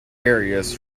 areas